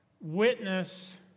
witness